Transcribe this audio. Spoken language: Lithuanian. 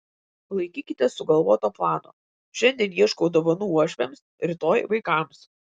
laikykitės sugalvoto plano šiandien ieškau dovanų uošviams rytoj vaikams